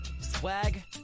Swag